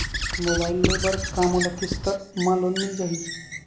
Mobile ले बर का मोला किस्त मा लोन मिल जाही?